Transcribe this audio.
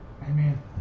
Amen